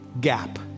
gap